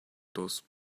those